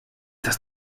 das